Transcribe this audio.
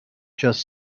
just